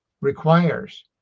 requires